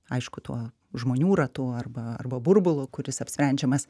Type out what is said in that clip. aišku tuo žmonių ratu arba arba burbulu kuris apsprendžiamas